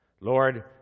Lord